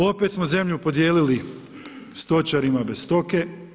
Opet smo zemlju podijelili stočarima bez stoke.